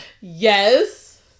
Yes